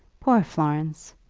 poor florence!